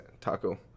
taco